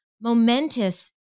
momentous